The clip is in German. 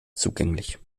zugänglich